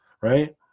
right